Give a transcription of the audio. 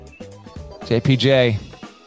JPJ